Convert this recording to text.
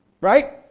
Right